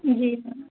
जी हाँ